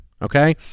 Okay